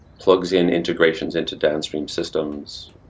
plugs in integrations into downstream systems,